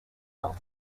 felton